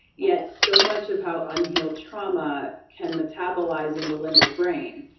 yet so much of how unhealed trauma can metabolize in the limbic brain.